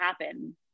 happen